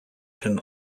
can